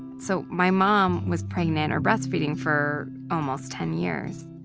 so my mom was pregnant or breastfeeding for almost ten years.